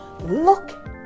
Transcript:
look